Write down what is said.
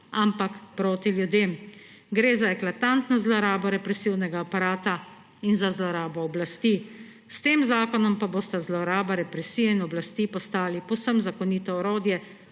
ampak proti ljudem. Gre za eklatantno zlorabo represivnega aparata in za zlorabo oblasti, s tem zakonom pa bosta zloraba represije in oblasti postali povsem zakonito orodje